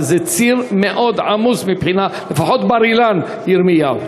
זה ציר מאוד עמוס, לפחות בר-אילן ירמיהו.